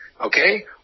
okay